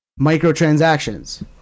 Microtransactions